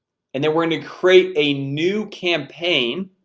and then we're going to create a new campaign.